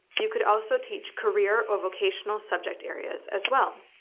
you could also teach career or vocational subject areas, as well.